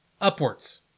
upwards